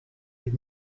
est